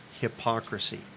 Hypocrisy